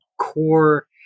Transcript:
core